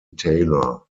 taylor